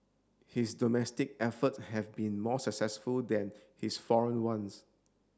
his domestic efforts have been more successful than his foreign ones